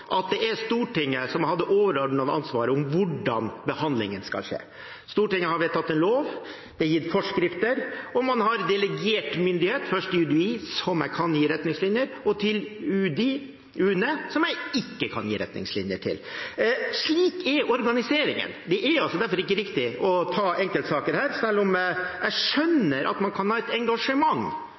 Stortinget som har det overordnede ansvaret for hvordan behandlingen skal skje. Stortinget har vedtatt en lov, det er gitt forskrifter, og man har delegert myndighet – først til UDI, som jeg kan gi retningslinjer til, og så til UNE, som jeg ikke kan gi retningslinjer til. Slik er organiseringen. Det er derfor ikke riktig å ta enkeltsaker her, selv om jeg skjønner at man kan ha et engasjement